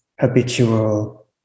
habitual